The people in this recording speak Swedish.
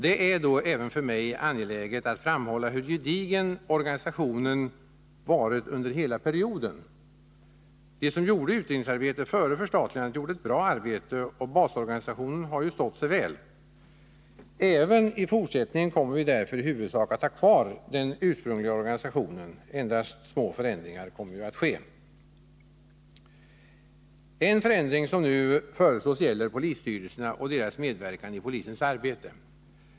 Det är då — även för mig — angeläget att framhålla hur gedigen organisationen varit under hela perioden. De som gjorde utredningsarbetet före förstatligandet utförde ett bra arbete, och basorganisationen har ju stått sig väl. Även i fortsättningen kommer vi därför i huvudsak att ha kvar den ursprungliga organisationen. Endast små förändringar kommer att ske. En förändring som nu föreslås gäller polisstyrelserna och deras medverkan i polisens arbete.